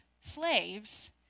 slaves